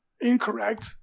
incorrect